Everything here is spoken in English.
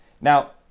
Now